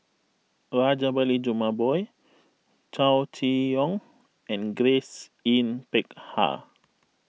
Rajabali Jumabhoy Chow Chee Yong and Grace Yin Peck Ha